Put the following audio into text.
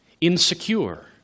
insecure